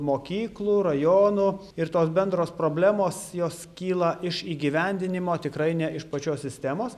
mokyklų rajonų ir tos bendros problemos jos kyla iš įgyvendinimo tikrai ne iš pačios sistemos